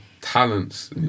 talents